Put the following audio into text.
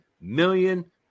million